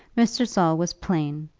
mr. saul was plain,